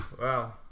Wow